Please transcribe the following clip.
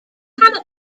tanne